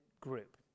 group